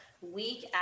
week